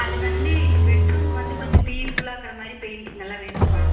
அது வந்து இப்போ பெட்ரூம்க்கு வந்து கொஞ்சம் பீஸ் ஃபுல்லாக இருக்கிற மாதிரி பெய்ண்டிங் நல்லா வேணும்ப்பா